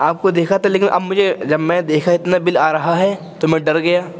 آپ کو دیکھا تو لیکن اب مجھے جب میں دیکھا اتنا بل آ رہا ہے تو میں ڈر گیا